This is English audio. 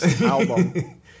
album